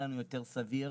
נראה לנו יותר סביר